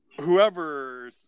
whoever